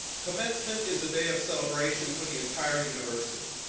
commencement is a day of celebration for the entire university.